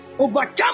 Overcome